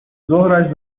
ظهرش